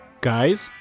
guys